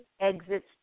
exits